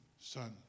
Son